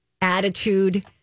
attitude